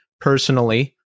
personally